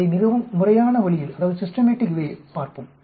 அதை மிகவும் முறையான வழியில் பார்ப்போம்